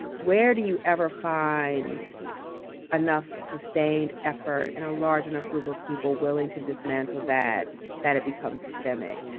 where do you ever find enough sustained effort in a large enough group of people willing to dismantle that, that it becomes systemic.